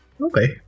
Okay